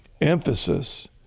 emphasis